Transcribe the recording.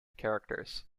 characters